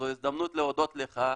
זו הזדמנות להודות לך,